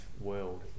world